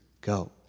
Go